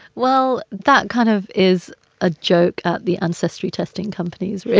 well, that kind of is a joke at the ancestry testing companies, really.